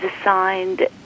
assigned